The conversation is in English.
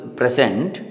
present